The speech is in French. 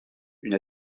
une